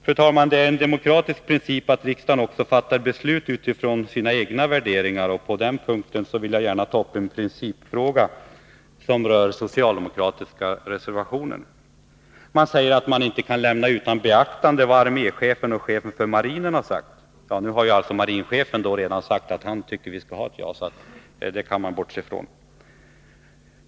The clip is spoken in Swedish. Herr talman! Det är en demokratisk princip att riksdagen fattar beslut utifrån sina egna värderingar. På den punkten vill jag gärna ta upp en principiell fråga, som rör den socialdemokratiska reservationen. Man säger att man inte kan lämna utan beaktande vad arméchefen och chefen för marinen har sagt. Nu har alltså marinchefen redan sagt att han tycker att vi skall ha ett JAS, så det kan vi bortse från.